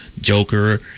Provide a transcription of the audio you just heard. Joker